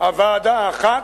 הוועדה האחת,